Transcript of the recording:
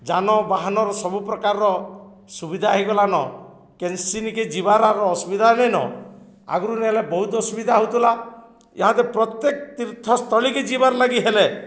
ଯାନବାହାନର ସବୁପ୍ରକାର ସୁବିଧା ହେଇଗଲାନ କେନ୍କେ ଯିବାର ଅସୁବିଧା ନାଇଁନ ଆଗରୁ ନହେଲେ ବହୁତ ଅସୁବିଧା ହଉଥିଲା ଇହାଦେ ପ୍ରତ୍ୟେକ ତୀର୍ଥସ୍ଥଳୀକେ ଯିବାର୍ ଲାଗି ହେଲେ